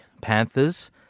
Panthers